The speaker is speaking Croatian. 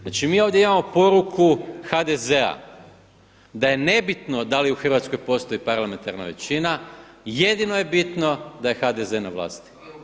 Znači mi ovdje imamo poruku HDZ-a da je nebitno da li u Hrvatskoj postoji parlamentarna većina, jedino je bitno da je HDZ na vlasti.